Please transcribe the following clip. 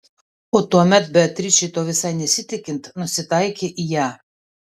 o tuomet beatričei to visai nesitikint nusitaikė į ją